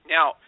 Now